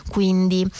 Quindi